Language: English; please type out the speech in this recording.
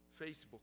facebook